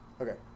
okay